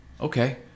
Okay